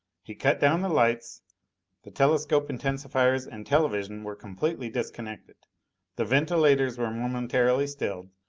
he cut down the lights the telescope intensifiers and television were completely disconnected the ventilators were momentarily stilled,